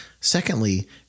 Secondly